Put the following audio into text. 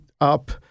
up